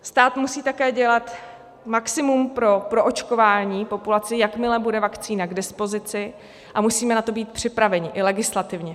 Stát musí také dělat maximum pro proočkování populace, jakmile bude vakcína k dispozici, a musíme na to být připraveni i legislativně.